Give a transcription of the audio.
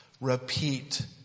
Repeat